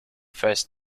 first